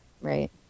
right